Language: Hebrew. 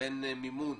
בין מימון